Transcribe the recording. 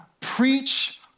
preach